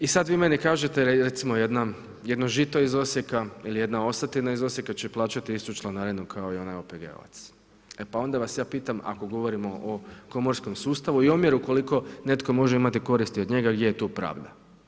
I sada vi meni kažete recimo jedno Žito iz Osijeka ili jedna Osatina iz Osijeka će plaćati istu članarinu kao i onaj OPG-ovac, e pa onda vas ja pitam ako govorimo o komorskom sustavu i omjeru koliko netko može imati koristi od njega gdje je tu pravda.